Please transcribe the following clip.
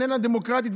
איננה דמוקרטית,